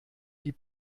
die